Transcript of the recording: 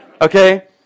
okay